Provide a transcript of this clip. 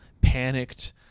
panicked